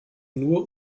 nur